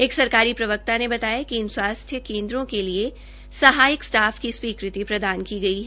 एक सरकारी प्रवकता ने बताया कि इन उप स्वास्थ्य केन्द्रों के लिए सहायक स्टाफ की स्वीकृति प्रदान की गई है